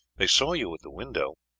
they saw you at the window,